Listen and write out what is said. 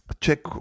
check